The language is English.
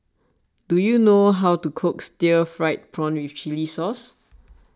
do you know how to cook Stir Fried Prawn with Chili Sauce